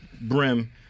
Brim